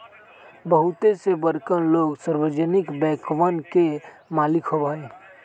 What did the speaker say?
बहुते से बड़कन लोग सार्वजनिक बैंकवन के मालिक होबा हई